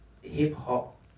hip-hop